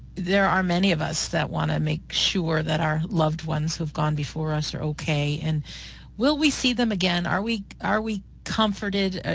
there are many of us who want to make sure that our loved ones who have gone before us are okay, and will we see them again? are we are we comforted? ah